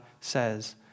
says